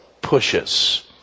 pushes